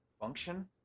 Function